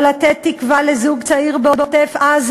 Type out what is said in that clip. או לתת תקווה לזוג צעיר בעוטף-עזה,